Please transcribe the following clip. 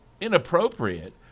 inappropriate